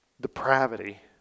depravity